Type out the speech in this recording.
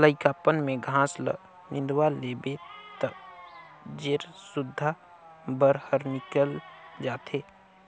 लइकापन में घास ल निंदवा देबे त जेर सुद्धा बन हर निकेल जाथे